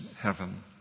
heaven